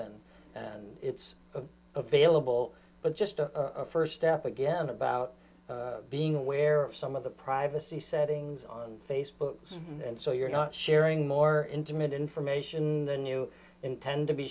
ten and it's available but just the first step again about being aware of some of the privacy settings on facebook and so you're not sharing more intimate information than you intend to be